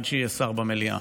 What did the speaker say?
עד שיהיה שר במליאה.